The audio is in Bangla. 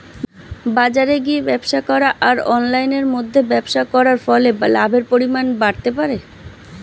বাজারে গিয়ে ব্যবসা করা আর অনলাইনের মধ্যে ব্যবসা করার ফলে লাভের পরিমাণ বাড়তে পারে?